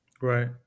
Right